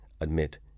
admit